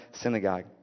synagogue